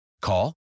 Call